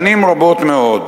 שנים רבות מאוד.